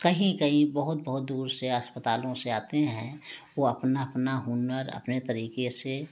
कहीं कहीं बहुत बहुत दूर से अस्पतालों से आते हैं वो अपना अपना हुनर अपने तरीके से